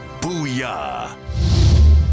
Booyah